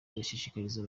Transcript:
irashishikariza